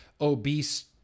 obese-